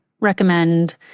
recommend